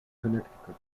connecticut